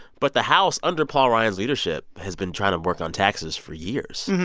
but the house under paul ryan's leadership has been trying to work on taxes for years.